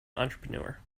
entrepreneur